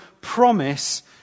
promise